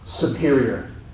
superior